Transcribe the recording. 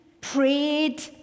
prayed